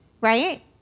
right